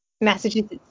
Massachusetts